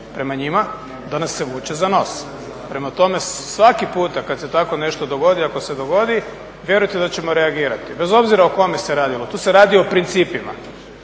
prema njima, da nas se vuče za nos. Prema tome, svaki puta kad se tako nešto dogodi, ako se dogodi, vjerujte da ćemo reagirati, bez obzira o kome se radilo. Tu se radi o principima.